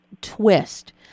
twist